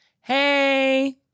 Hey